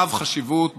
רב-חשיבות,